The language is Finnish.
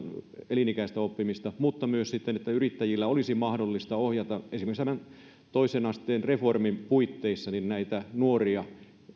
elinikäistä oppimista mutta myös sitten että yrittäjillä olisi mahdollista ohjata esimerkiksi tämän toisen asteen reformin puitteissa näitä nuoria